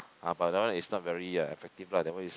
uh but that one is not very uh effective lah that one is